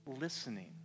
listening